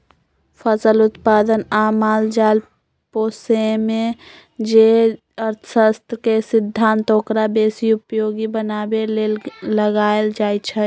फसल उत्पादन आ माल जाल पोशेमे जे अर्थशास्त्र के सिद्धांत ओकरा बेशी उपयोगी बनाबे लेल लगाएल जाइ छइ